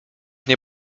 nie